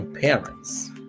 parents